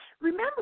remember